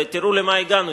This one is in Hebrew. ותראו למה הגענו.